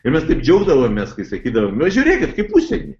ir mes taip džiaugdavomės kai sakydavom nu žiūrėkit kaip užsieny